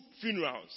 funerals